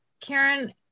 Karen